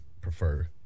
prefer